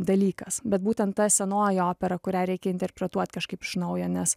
dalykas bet būtent ta senoji opera kurią reikia interpretuot kažkaip iš naujo nes